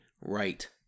right